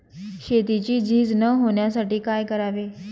शेतीची झीज न होण्यासाठी काय करावे?